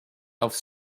aufs